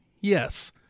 yes